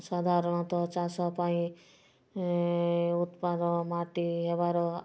ସାଧାରଣତଃ ଚାଷ ପାଇଁ ଉତ୍ପାଦ ମାଟି ହେବାର